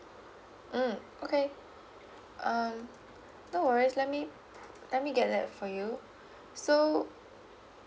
mm okay um no worries let me let me get that for you so